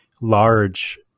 large